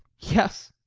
yes,